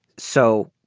so.